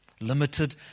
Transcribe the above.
Limited